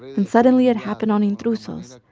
and suddenly, it happened on intrusos.